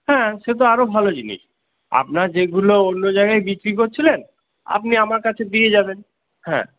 হ্যাঁ সে তো আরও ভালো জিনিস আপনার যেগুলো অন্য জায়গায় বিক্রি করছিলেন আপনি আমার কাছে দিয়ে যাবেন হ্যাঁ